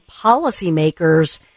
policymakers